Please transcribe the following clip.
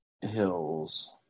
Hill's